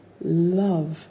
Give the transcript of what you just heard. love